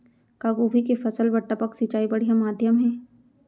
का गोभी के फसल बर टपक सिंचाई बढ़िया माधयम हे?